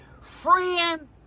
friend